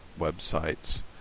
websites